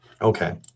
Okay